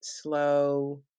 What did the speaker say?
slow